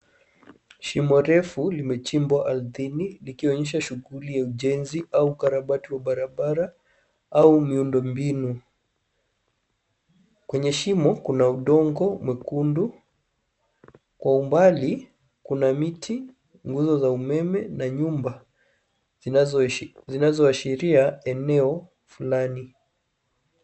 Shimo refu limechimbwa ardhini likionyesha shughuli ya ujenzi au ukarabati wa barabara au miundombinu. Kwenye shimo kuna udongo mwekundu. Kwa umbali kuna miti, nguzo za umeme na nyumba zinazoashiria eneo fulani.